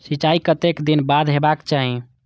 सिंचाई कतेक दिन पर हेबाक चाही?